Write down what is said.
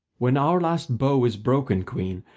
when our last bow is broken, queen,